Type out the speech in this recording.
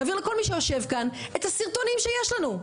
נעביר לכל מי שיושב כאן את הסרטונים שיש לנו,